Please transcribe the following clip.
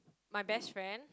my best friend